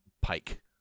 pike